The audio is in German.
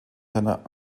seiner